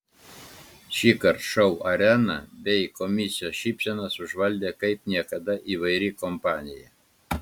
šįkart šou areną bei komisijos šypsenas užvaldė kaip niekada įvairi kompanija